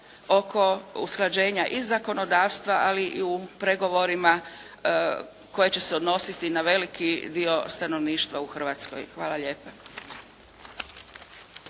oko usklađenja i zakonodavstva, ali i u pregovorima koji će se odnositi na veliki dio stanovništva u Hrvatskoj. Hvala lijepa.